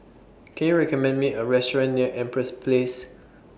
Can YOU recommend Me A Restaurant near Empress Place